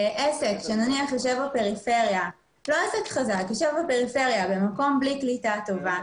עסק שנניח יושב בפריפריה במקום בלי קליטה טובה,